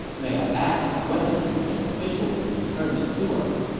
may i ask when you can officially return it to us?